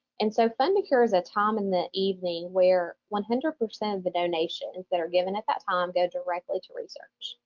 and so fund a cure is a time in the evening where one hundred percent of the donations that are given at that time go directly to research,